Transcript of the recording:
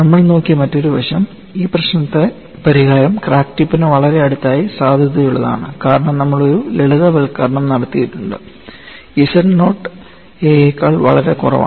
നമ്മൾ നോക്കിയ മറ്റൊരു വശം ഈ പരിഹാരം ക്രാക്ക് ടിപ്പിന് വളരെ അടുത്തായി സാധുതയുള്ളതാണ് കാരണം നമ്മൾ ഒരു ലളിതവൽക്കരണം നടത്തിയിട്ടുണ്ട് z നോട്ട് a യെക്കാൾ വളരെ കുറവാണ്